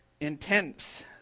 intense